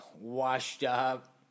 washed-up